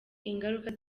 ingaruka